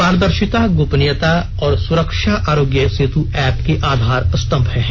पारदर्शिता गोपनीयता और सुरक्षा आरोग्य सेतु एप के आधार स्तंभ हैं